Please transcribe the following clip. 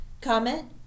Comment